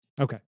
Okay